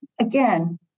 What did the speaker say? again